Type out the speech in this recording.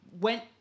went